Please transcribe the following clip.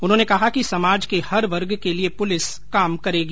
उन्होंने कहा कि समाज के हर वर्ग के लिए पुलिस काम करेगी